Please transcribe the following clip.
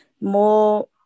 more